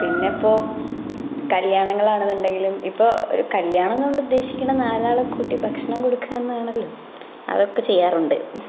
പിന്നെ ഇപ്പോൾ കല്യാണങ്ങളാണ് എന്നുണ്ടെങ്കിലും ഇപ്പോൾ ഒരു കല്യാണം കൊണ്ടു ഉദ്ദേശിക്കുന്നത് നാലെ ആളെ കൂട്ടി ഭക്ഷണം കൊടുക്കാനാണല്ലോ അതൊക്കെ ചെയ്യാറുണ്ട്